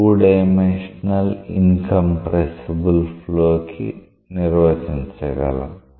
2 dimensional incompressible flow కి నిర్వచించగలం